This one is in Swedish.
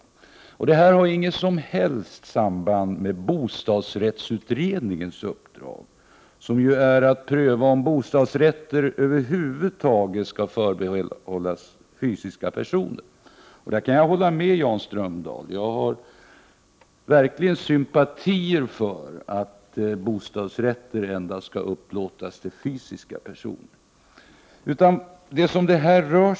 Detta ärende har alltså inget som helst samband med bostadsrättsutredningens uppdrag, som ju är att pröva om bostadsrätter över huvud taget skall förbehållas fysiska personer. I detta sammanhang kan jag hålla med Jan Strömdahl. Jag har verkligen sympati för att bostadsrätter skall upplåtas endast till fysiska personer.